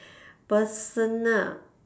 personal